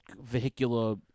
vehicular